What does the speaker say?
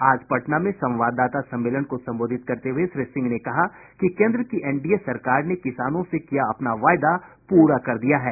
आज पटना में संवाददाता सम्मेलन को संबोधित करते हुए श्री सिंह ने कहा कि केन्द्र की एनडीए सरकार ने किसानों से किया अपना वायदा प्ररा कर दिया है